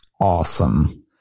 Awesome